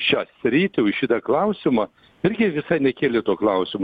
šią sritį už šitą klausimą irgi visai nekėlė to klausimo